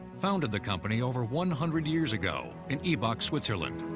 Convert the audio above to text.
founded the company over one hundred years ago in ibach, switzerland.